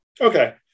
okay